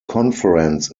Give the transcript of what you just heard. conference